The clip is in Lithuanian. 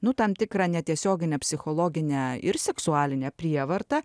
nu tam tikrą netiesioginę psichologinę ir seksualinę prievartą